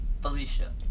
Felicia